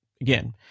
again